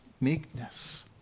Meekness